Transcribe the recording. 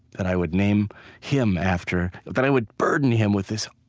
that i would name him after that i would burden him with this